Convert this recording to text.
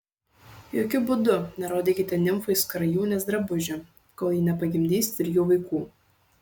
jokiu būdu nerodykite nimfai skrajūnės drabužių kol ji nepagimdys trijų vaikų